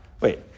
Wait